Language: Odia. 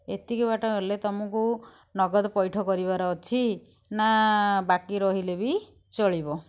ଏତିକି ବାଟ ଗଲେ ତମକୁ ନଗଦ ପଇଠ କରିବାର ଅଛି ନା ବାକି ରହିଲେବି ଚଳିବ